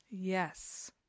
Yes